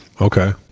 Okay